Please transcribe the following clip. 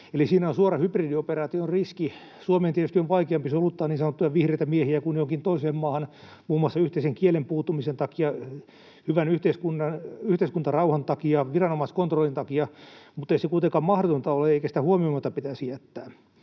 Eli siinä on suora hybridioperaation riski. Suomeen tietysti on vaikeampi soluttaa niin sanottuja vihreitä miehiä kuin johonkin toiseen maahan muun muassa yhteisen kielen puuttumisen takia, hyvän yhteiskuntarauhan takia, viranomaiskontrollin takia, mutta ei se kuitenkaan mahdotonta ole eikä sitä huomioimatta pitäisi jättää.